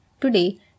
Today